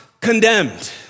condemned